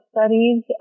studies